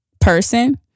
person